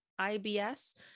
IBS